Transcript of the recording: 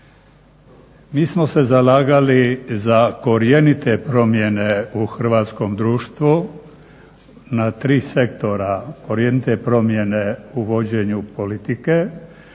Mi smo se zalagali za korijenite promjene u hrvatskom društvu na tri sektora, korijenite promjene u vođenju politike,